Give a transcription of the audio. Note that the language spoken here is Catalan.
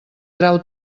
trau